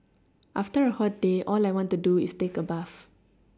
after a hot day all I want to do is take a bath